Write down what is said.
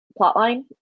plotline